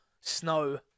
snow